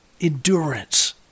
endurance